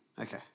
Okay